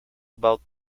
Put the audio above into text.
about